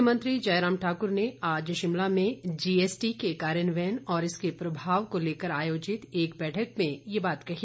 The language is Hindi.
मुख्यमंत्री जयराम ठाकुर ने आज शिमला में जीएसटी के कार्यान्वयन और इसके प्रभाव को लेकर आयोजित एक बैठक में ये बात कही